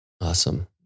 Awesome